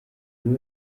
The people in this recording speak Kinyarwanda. buri